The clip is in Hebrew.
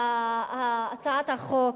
הצעת החוק,